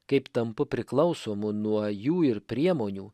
kaip tampu priklausomu nuo jų ir priemonių